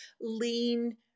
lean